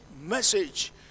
message